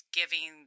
giving